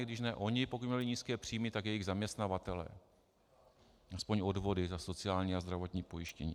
A když ne oni, pokud měli nízké příjmy, tak jejich zaměstnavatelé aspoň odvody za sociální a zdravotní pojištění.